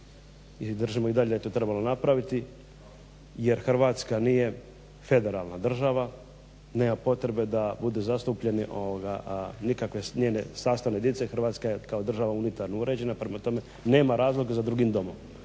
i držimo i dalje da je to trebalo napraviti jer Hrvatska nije federalna država. Nema potrebe da bude zastupljeni, nikakve njene sastavne jedinice, Hrvatska je kao država unitarno uređena, prema tome nema razloga za drugim domom.